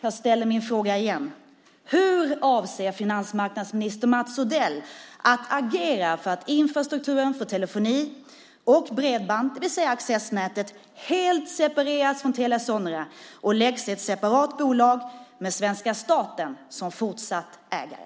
Jag frågar igen: Hur avser finansmarknadsminister Mats Odell att agera för att infrastrukturen för telefoni och bredband, det vill säga accessnätet, helt separeras från Telia Sonera och läggs i ett separat bolag med svenska staten som fortsatt ägare?